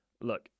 look